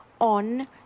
on